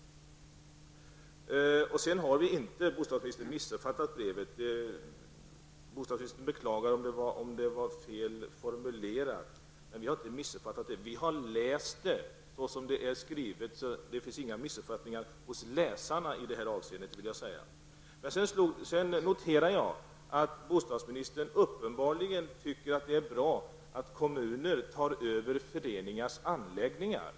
Vi har inte missuppfattat brevet, bostadsministern. Han beklagar om det är felaktigt formulerat. Men vi har inte missuppfattat det. Vi har läst det såsom det är skrivet. Det finns inga missuppfattningar hos läsarna i det avseendet. Sedan noterade jag att bostadsministern uppenbarligen tycker att det är bra att kommuner tar över föreningars anläggningar.